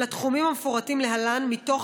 לתחומים המפורטים להלן מתוך